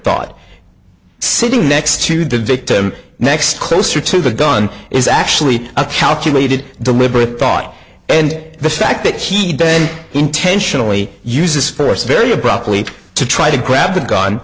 thought sitting next to the victim next closer to the gun is actually a calculated deliberate thought and the fact that he did intentionally uses force very abruptly to try to grab the gun